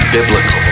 Biblical